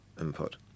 input